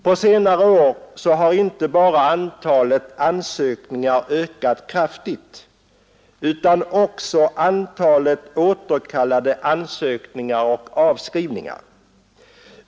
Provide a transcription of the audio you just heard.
På senare år har inte bara antalet ansökningar ökat kraftigt utan också antalet återkallade ansökningar och avskrivningar.